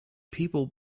people